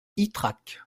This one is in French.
ytrac